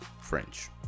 French